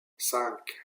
cinq